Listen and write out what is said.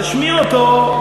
תשמעי אותו,